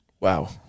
Wow